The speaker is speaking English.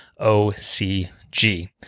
OCG